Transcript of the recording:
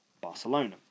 barcelona